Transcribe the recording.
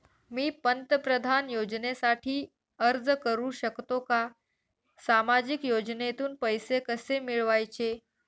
मी पंतप्रधान योजनेसाठी अर्ज करु शकतो का? सामाजिक योजनेतून पैसे कसे मिळवायचे